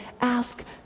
Ask